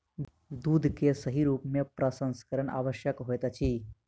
दूध के सही रूप में प्रसंस्करण आवश्यक होइत अछि